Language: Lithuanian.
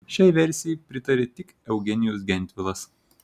šiai versijai pritarė tik eugenijus gentvilas